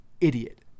idiot